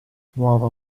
nuova